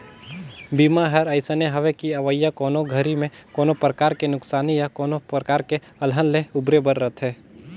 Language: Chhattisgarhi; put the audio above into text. बीमा हर अइसने हवे कि अवइया कोनो घरी मे कोनो परकार के नुकसानी या कोनो परकार के अलहन ले उबरे बर रथे